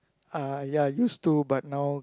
ah ya used to but now